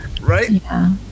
Right